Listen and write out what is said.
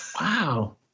Wow